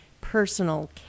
personal